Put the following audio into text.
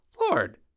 Lord